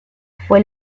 fue